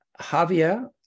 Javier